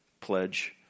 Pledge